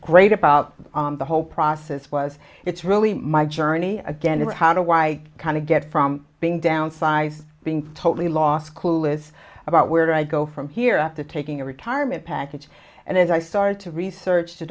great about the whole process was it's really my journey again about how to why i kind of get from being downsized being totally lost clueless about where i go from here to taking a retirement package and as i started to research to